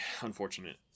unfortunate